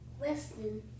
Weston